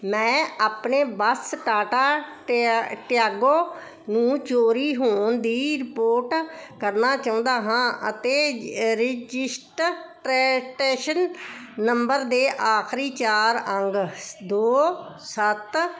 ਮੈਂ ਆਪਣੇ ਬੱਸ ਟਾਟਾ ਟਿ ਟਿਆਗੋ ਨੂੰ ਚੋਰੀ ਹੋਣ ਦੀ ਰਿਪੋਰਟ ਕਰਨਾ ਚਾਹੁੰਦਾ ਹਾਂ ਅਤੇ ਰਜਿਸਟ੍ਰੇਸ਼ਨ ਨੰਬਰ ਦੇ ਆਖਰੀ ਚਾਰ ਅੰਕ ਦੋ ਸੱਤ